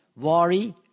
worry